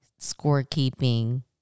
scorekeeping